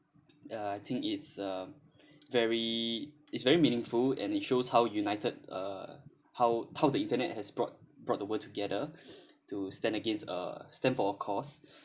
ya I think it's a very it's very meaningful and it shows how united uh how how the internet has brought brought the world together to stand against uh stand for a cause